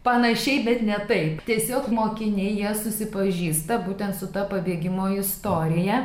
panašiai bet ne taip tiesiog mokiniai jie susipažįsta būtent su ta pabėgimo istorija